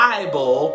Bible